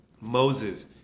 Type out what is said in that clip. Moses